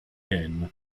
ken